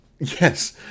Yes